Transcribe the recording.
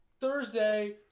Thursday